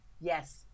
Yes